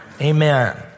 amen